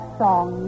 song